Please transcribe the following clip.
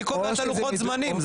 אני קובע את לוחות הזמנים.